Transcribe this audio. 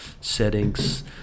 settings